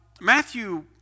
Matthew